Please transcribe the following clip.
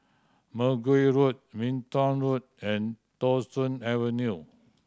Mergui Road Minto Road and Thong Soon Avenue